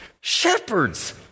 Shepherds